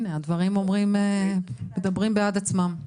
הנה, הדברים מדברים בעד עצמם.